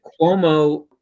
Cuomo